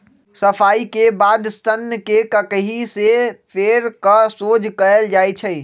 सफाई के बाद सन्न के ककहि से फेर कऽ सोझ कएल जाइ छइ